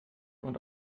und